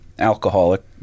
alcoholic